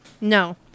no